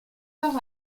par